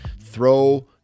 throw